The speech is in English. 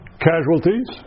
casualties